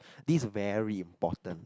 this very important